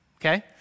Okay